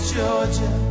Georgia